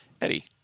Eddie